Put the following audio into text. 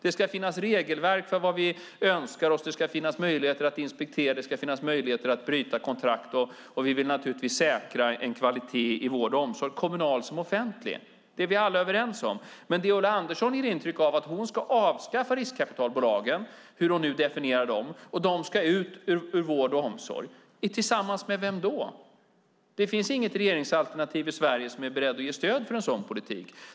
Det ska finnas regelverk för vad vi önskar, det ska finnas möjligheter att inspektera och det ska finnas möjligheter att bryta kontrakt. Vi vill säkra en kvalitet i vård och omsorg - kommunal som offentlig. Det är vi alla överens om. Men Ulla Andersson ger intryck av att hon ska avskaffa riskkapitalbolagen - hur hon nu definierar dem. De ska ut ur vård och omsorg. Tillsammans med vem ska hon göra det? Det finns inget regeringsalternativ i Sverige som är berett att ge stöd åt en sådan politik.